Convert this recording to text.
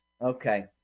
okay